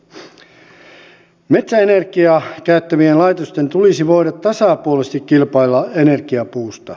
metsäenergiaa käyttävien laitosten tulisi voida tasapuolisesti kilpailla energiapuusta